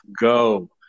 go